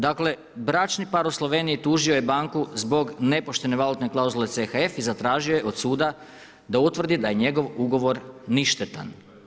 Dakle, bračni par u Sloveniji tužio je banku zbog nepoštene valutne klauzule CHF i zatražio je od suda da utvrdi da je njegov ugovor ništetan.